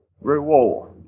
reward